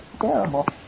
terrible